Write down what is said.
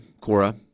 Cora